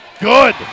Good